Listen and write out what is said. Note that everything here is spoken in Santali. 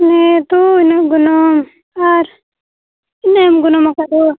ᱱᱤᱭᱟᱹ ᱫᱚ ᱤᱱᱟᱹᱜ ᱜᱚᱱᱚᱝ ᱟᱨ ᱩᱱᱟᱹᱜ ᱮᱢ ᱜᱚᱱᱚᱝ ᱟᱠᱟᱫ ᱫᱚ